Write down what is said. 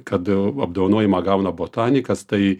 kad apdovanojimą gauna botanikas tai